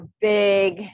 big